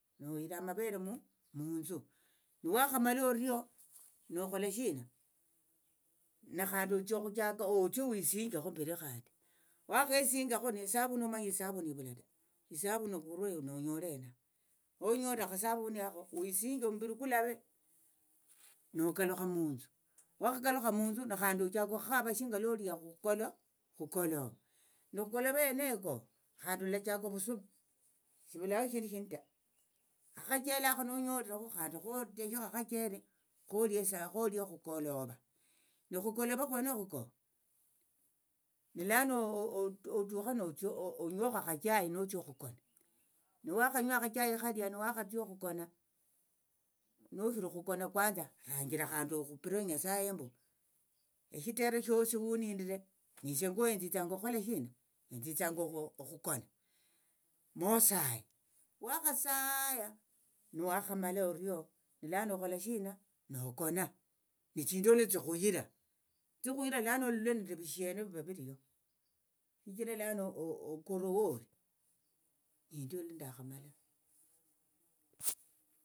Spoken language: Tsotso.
Nohira amavere munthu niwakhamala orio nokhola shina nakhandi otsia okhuchaka okhu otsie wisinjekho mberio khandi wakhesingakho nesavuni omanye esavuni ivula ta esavuni okorwa nonyole hena ta nonyolere akhasavuni akho wisinje omuviri kulave nokalukha munthu wakhakalukha munthu khandi ochaka khukhava shinga lolia khukolo khukolova nokhukolova yeneyo koo khandi olachaka ovusuma shivulaho eshindu shindi ta akhachele akha nonyolerekhu khandi khoteshekho akhachele kholie saa kholie khukolova nokhukolova khwenokhu koo nilano ovukha notsia onywekho akhachai notsia okhukona nuwanywa akhachai khalia niwakhatsia okhukona noshiri okhukona kwanza ranjira okhupire nyasaye mbu eshitere shosi hunindire nesie ngwoyu etsitsanga okhukhola shina enthithanga okhukona moosaye wakhasaaaya nuwakhamala orio nilano okhola shina nokona nitsindolo tsikhuhira tsikhuhira lano olole nende evishieno viva viliyo shichira lano okorwa woli nindio lundakhamala.